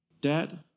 Dad